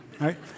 right